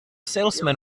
salesman